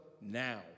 now